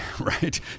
Right